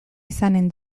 izanen